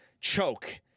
choke